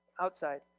outside